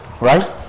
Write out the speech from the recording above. right